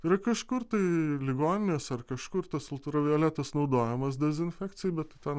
ir kažkur tai ligoninėse ar kažkur tas ultravioletas naudojamas dezinfekcijai bet ten